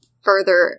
further